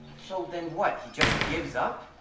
so then what? he just gives up?